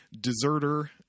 Deserter